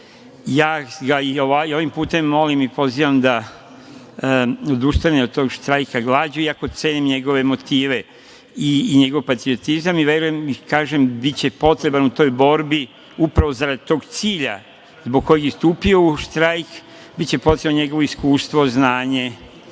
Ja ga i ovim putem molim i pozivam da odustane od tog štrajka glađu iako cenim njegove motive i njegov patriotizam i verujem i kažem, biće potreban u toj borbi, upravo zarad tog cilja zbog kojeg je stupio u štrajk. Biće potrebno njegovo iskustvo, znanje,